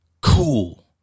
Cool